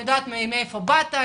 אני יודעת מאיפה באת,